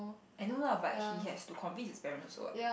I know lah but he has to convince his parents also what